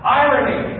irony